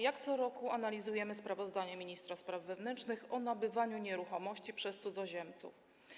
Jak co roku analizujemy sprawozdanie ministra spraw wewnętrznych o nabywaniu nieruchomości przez cudzoziemców.